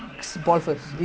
orh